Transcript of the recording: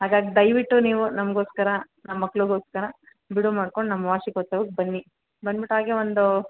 ಹಾಗಾಗಿ ದಯವಿಟ್ಟು ನೀವು ನಮಗೋಸ್ಕರ ನಮ್ಮ ಮಕ್ಕಳಿಗೋಸ್ಕರ ಬಿಡುವು ಮಾಡ್ಕೊಂಡು ನಮ್ಮ ವಾರ್ಷಿಕೋತ್ಸವಕ್ಕೆ ಬನ್ನಿ ಬಂದ್ಬಿಟ್ಟು ಹಾಗೇ ಒಂದು